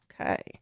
Okay